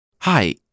Hi